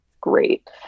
great